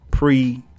pre